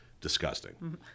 disgusting